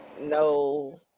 No